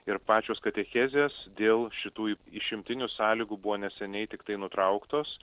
ir pačios katechezės dėl šitų išimtinių sąlygų buvo neseniai tiktai nutrauktos